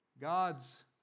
God's